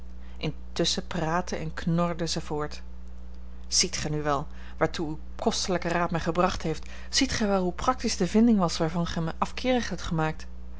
intusschen praatte en knorde zij voort ziet gij nu wel waartoe uw kostelijke raad mij gebracht heeft ziet gij wel hoe practisch de vinding was waarvan gij mij afkeerig hebt gemaakt